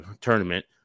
tournament